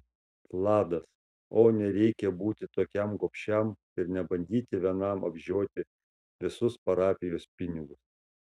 vladas o nereikia būti tokiam gobšiam ir nebandyti vienam apžioti visus parapijos pinigus